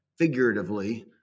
figuratively